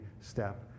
step